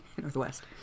Northwest